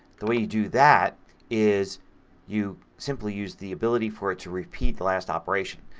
the way you do that is you simply use the ability for it to repeat the last operation.